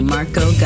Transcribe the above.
Marco